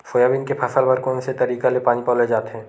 Soybean के फसल बर कोन से तरीका ले पानी पलोय जाथे?